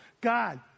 God